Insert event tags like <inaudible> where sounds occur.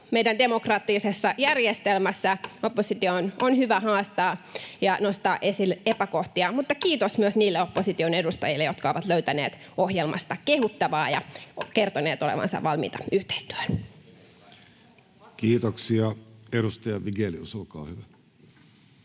meidän demokraattisessa järjestelmässä. <noise> Opposition on hyvä haastaa ja nostaa esille epäkohtia. Mutta kiitos myös niille opposition edustajille, jotka ovat löytäneet ohjelmasta kehuttavaa ja kertoneet olevansa valmiita yhteistyöhön. [Speech 6] Speaker: Jussi Halla-aho